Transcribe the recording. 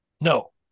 No